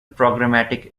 programmatic